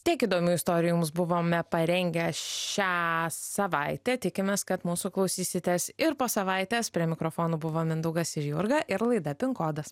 tiek įdomių istorijų jums buvome parengę šią savaitę tikimės kad mūsų klausysitės ir po savaitės prie mikrofono buvo mindaugas ir jurga ir laida pin kodas